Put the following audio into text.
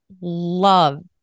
love